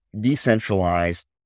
decentralized